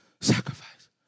sacrifice